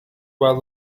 while